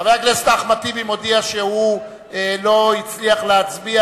חבר הכנסת טיבי מודיע שהוא לא הצליח להצביע,